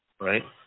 right